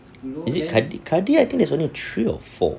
is it kadi kadi I think there's only three or four